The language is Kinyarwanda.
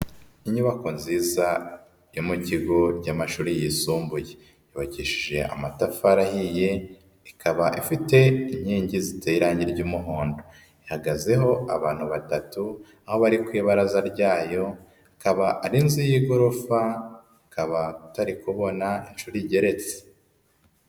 Inyubako nziza yo mu kigo cy'amashuri yisumbuye, yubakishije amatafari ahiye ikaba ifite inkingi ziteye irangi ry'umuhondo, ihagazeho abantu batatu aho bari ku ibaraza ryayo, ikaba ari inzu y'igorofa ikaba utari kubona inshuro igeretse.